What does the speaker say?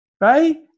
right